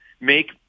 make